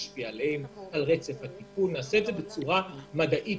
רצף הטיפול, נעשה זאת בצורה מדעית